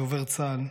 דובר צה"ל,